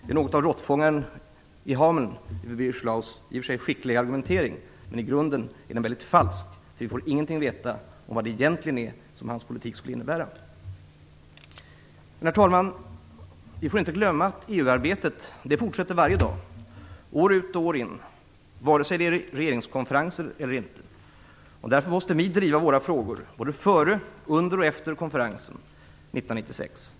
Det är något av råttfångaren i Hameln i Birger Schlaugs i och för sig skickliga argumentering, men i grunden är den väldigt falsk. Vi får ingenting veta om vad hans politik egentligen skulle innebära. Herr talman! Vi får inte glömma EU-arbetet. Det fortsätter varje dag, år ut och år in, vare sig det är regeringskonferenser eller inte. Därför måste vi driva våra frågor såväl före och under som efter konferensen 1996.